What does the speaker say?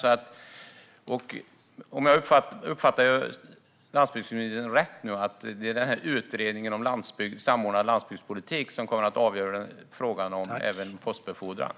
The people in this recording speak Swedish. Uppfattar jag landsbygdsministern rätt att det är utredningen om en samordnad landsbygdspolitik som kommer att avgöra frågan om postbefordran?